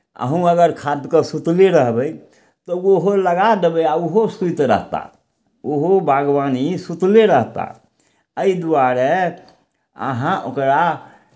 अहूँ अगर खा कऽ सुतले रहबै तऽ ओहो लगा देबै आ ओहो सूति रहता ओहो बागवानी सुतले रहता एहि दुआरे अहाँ ओकरा